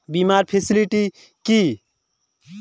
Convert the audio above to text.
বীমার ফেসিলিটি কি?